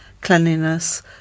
cleanliness